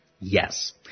Yes